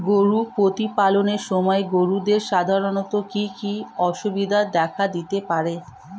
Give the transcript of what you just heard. গরু প্রতিপালনের সময় গরুদের সাধারণত কি কি অসুবিধা দেখা দিতে পারে?